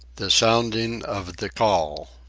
the sounding of the call